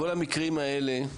לפחות חלק מהמקרים האלה